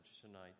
tonight